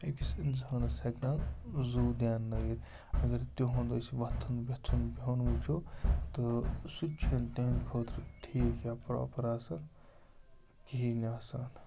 أکِس اِنسانَس ہٮ۪کان زُو دیٛانٲوِتھ اَگَر تِہُنٛد أسۍ وۄتھُن وۄتھُن بِہُن وٕچھو تہٕ سُہ تہِ چھِنہٕ تِہِنٛدِ خٲطرٕ ٹھیٖک یا پرٛاپَر آسان کِہیٖنۍ آسان